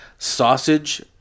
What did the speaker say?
sausage